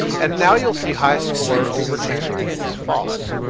and now you'll see highscore overten equals false.